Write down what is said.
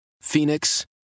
Phoenix